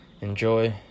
Enjoy